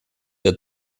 der